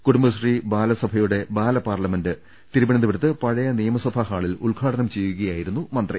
കുടുംബശ്രീ ബാലസഭയുടെ ബാലപാർലമെന്റ് തിരുവനന്തപുരത്ത് പഴയ നിയമസഭാ ഹാളിൽ ഉദ്ഘാടനം ചെയ്യുകയായിരുന്നു മന്ത്രി